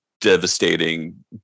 devastating